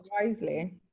wisely